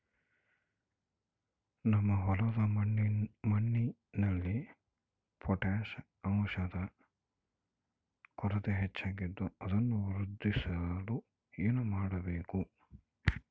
ನಮ್ಮ ಹೊಲದ ಮಣ್ಣಿನಲ್ಲಿ ಪೊಟ್ಯಾಷ್ ಅಂಶದ ಕೊರತೆ ಹೆಚ್ಚಾಗಿದ್ದು ಅದನ್ನು ವೃದ್ಧಿಸಲು ಏನು ಮಾಡಬೇಕು?